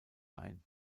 ein